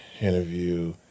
interview